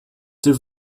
typ